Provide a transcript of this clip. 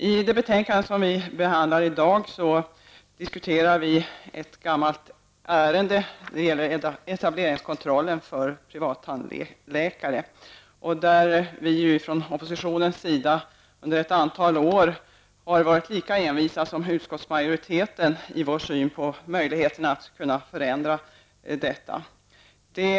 I det betänkande som behandlas i dag diskuterar vi ett gammalt ärende, nämligen etableringskontrollen för privattandläkare. Från oppositionens sida har vi ju under ett antal år varit lika envisa som utskottsmajoriteten när det gäller synen på möjligheterna att förändra denna etableringskontroll.